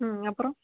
ம் அப்புறம்